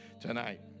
tonight